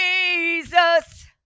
Jesus